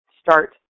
start